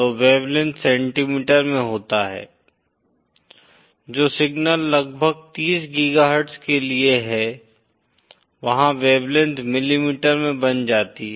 तो wavelength centimetre में होता है जो सिग्नल लगभग 30 गीगाहर्ट्ज़ के लिए हैं वहां वेवलेंथ मिलीमीटर में बन जाती है